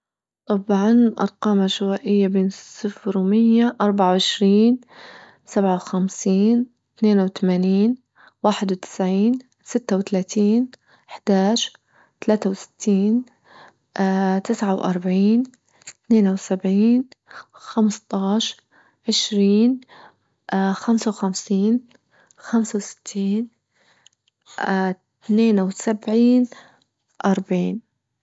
طبعا أرقام عشوائية بين صفر ومية، أربعة وعشرين، سبعة وخمسين، أثنين وثمانين، واحد وتسعين، ستة و تلاتين، أحداش، تلاتة وستين، اه تسعة وأربعين، أتنين وسبعين، خمسطعش، عشرين، اه خمسة وخمسين، خمسة وستين، اه أثنين وسبعين، أربعين.